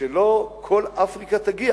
שלא כל אפריקה תגיע.